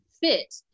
fit